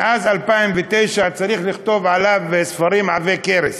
מאז 2009, צריך לכתוב עליו ספרים עבי-כרס.